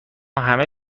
همه